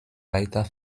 weiter